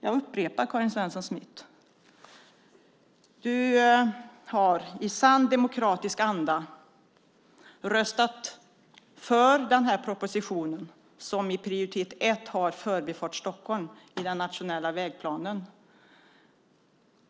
Jag upprepar, Karin Svensson Smith, att du i sann demokratisk anda har röstat för den proposition som har Förbifart Stockholm som prioritet ett i den nationella vägplanen.